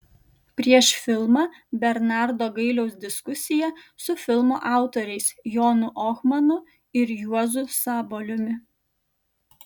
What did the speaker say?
prieš filmą bernardo gailiaus diskusija su filmo autoriais jonu ohmanu ir juozu saboliumi